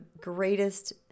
greatest